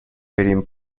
بریم